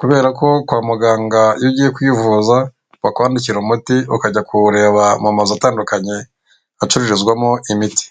kubera ko kwa muganga iyo ugiye kwivuza bakwandikira umuti ukajya kuwureba mu mazu atandukanye hacururizwamo imiti.